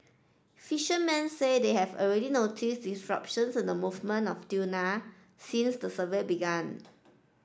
fishermen say they have already noticed disruptions in the movement of tuna since the survey began